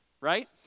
right